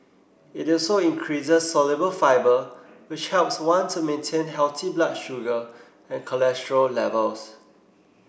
it also increases soluble fibre which helps one to maintain healthy blood sugar and cholesterol levels